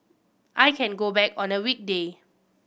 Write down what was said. I can go back on a weekday